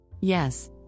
Yes